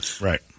Right